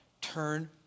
turn